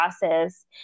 process